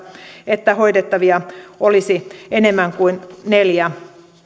että hoidettavia olisi enemmän kuin neljä